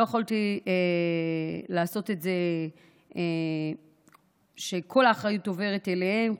לא יכולתי לעשות את זה שכל האחריות תעבור אליהם,